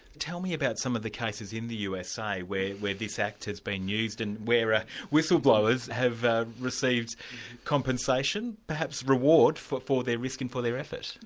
tell me about some of the cases in the usa where this act has been used, and where whistleblowers have received compensation, perhaps reward for for their risk and for their effort.